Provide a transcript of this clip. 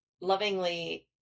lovingly